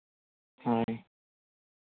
ᱦᱳᱭ